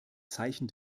zeichen